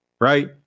right